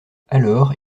alors